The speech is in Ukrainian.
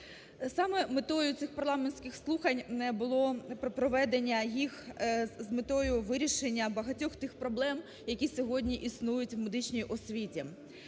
Саме метою цих парламентських слухань було проведення їх з метою вирішення багатьох тих проблем, які сьогодні існують в медичній освіті.